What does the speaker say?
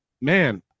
man